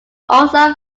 also